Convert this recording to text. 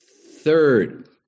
third